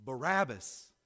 Barabbas